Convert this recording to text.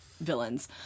villains